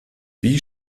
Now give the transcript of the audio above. wie